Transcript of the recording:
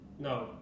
no